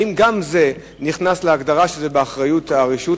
האם גם זה נכנס להגדרה שזה באחריות הרשות?